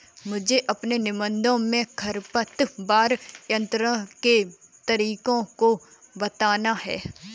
मुझे अपने निबंध में खरपतवार नियंत्रण के तरीकों को बताना है